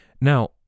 Now